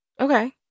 okay